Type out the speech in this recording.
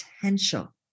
potential